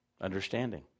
understanding